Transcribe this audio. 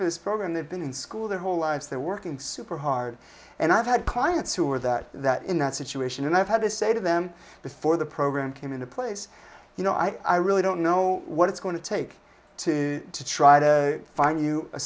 for this program they've been in school their whole lives they're working super hard and i've had clients who are that that in that situation and i've had to say to them before the program came into place you know i really don't know what it's going to take to to try to find you